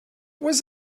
was